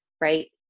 right